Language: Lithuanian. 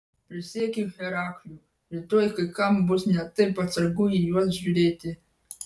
prisiekiu herakliu rytoj kai kam bus ne taip atsargu į juos žiūrėti